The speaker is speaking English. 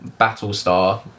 Battlestar